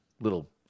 little